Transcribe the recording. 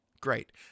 Great